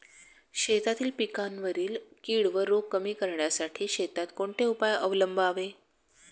शेतातील पिकांवरील कीड व रोग कमी करण्यासाठी शेतात कोणते उपाय अवलंबावे?